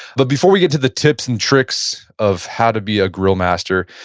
but before we get to the tips and tricks of how to be a grill master,